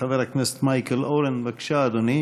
חבר הכנסת מייקל אורן, בבקשה, אדוני.